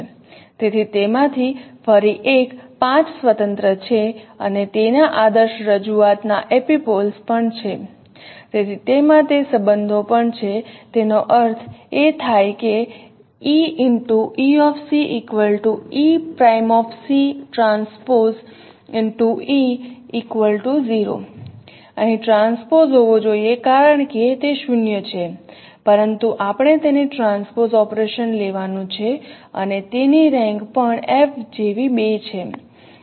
તેથી તેમાંથી ફરી એક 5 સ્વતંત્ર છે અને તેના આદર્શ રજૂઆત ના એપિપોલ્સ પણ છે તેથી તેમાં તે સંબંધો પણ છે તેનો અર્થ એ થાય કે અહીં ટ્રાન્સપોઝ હોવો જોઈએ કારણ કે તે શૂન્ય છે પરંતુ આપણે તેને ટ્રાન્સપોઝ ઑપરેશન લેવાનું છે અને તેની રેન્ક પણ F જેવી 2 છે